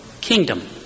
kingdom